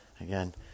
Again